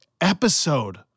episode